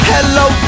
Hello